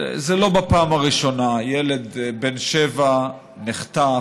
זה לא בפעם הראשונה, ילד בן שבע נחטף,